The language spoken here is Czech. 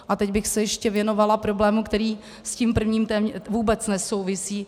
A teď bych se ještě věnovala problému, který s tím prvním vůbec nesouvisí.